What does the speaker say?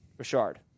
Richard